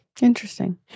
Interesting